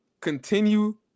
continue